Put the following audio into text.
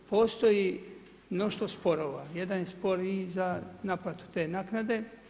Postoji mnoštvo sporova, jedan je spor i za naplatu te naknade.